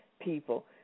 people